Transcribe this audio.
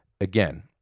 again